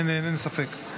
אין ספק.